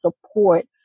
support